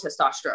testosterone